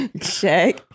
check